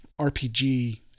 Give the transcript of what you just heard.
RPG